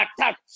attack